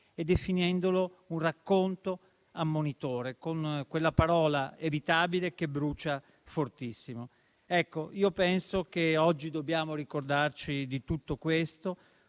definendolo un «racconto ammonitore» con una parola, «evitabile», che brucia fortissimo. Ecco, penso che oggi dobbiamo ricordarci di tutto questo.